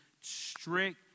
strict